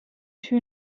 two